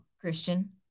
Christian